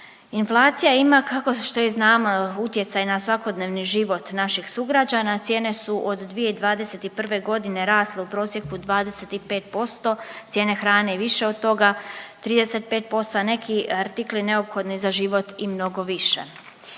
Inflacija ima, kako što i znamo, utjecaj na svakodnevni život naših sugrađana, cijene su od 2021. g. rasle u prosjeku 25%, cijene hrane i više od toga, 35%, a neki artikli neophodni za životi i mnogo više.